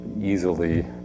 easily